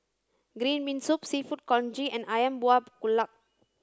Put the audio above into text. green bean soup seafood Congee and Ayam Buah Keluak